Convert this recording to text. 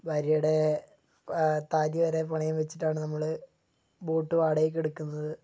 ഭാര്യയുടെ താലി വരെ പണയം വെച്ചിട്ടാണ് നമ്മൾ ബോട്ട് വാടകയ്ക്ക് എടുക്കുന്നത്